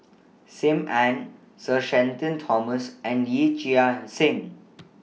SIM Ann Sir Shenton Thomas and Yee Chia Hsing